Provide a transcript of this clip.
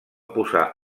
posar